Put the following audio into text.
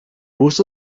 most